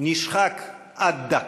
נשחק עד דק.